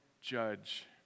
judge